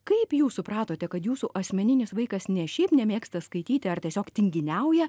kaip jūs supratote kad jūsų asmeninis vaikas ne šiaip nemėgsta skaityti ar tiesiog tinginiauja